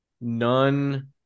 None